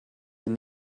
hier